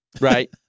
Right